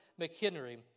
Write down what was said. McHenry